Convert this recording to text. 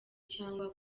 cyangwa